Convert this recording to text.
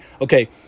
Okay